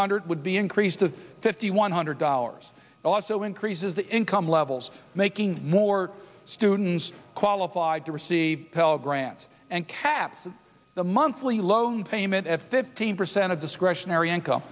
hundred would be increased to fifty one hundred dollars also increases the income levels making more students qualified to receive pell grants and caps and the monthly loan payment of fifteen percent of discretionary income